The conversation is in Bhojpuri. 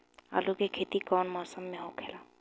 आलू के खेती कउन मौसम में होला?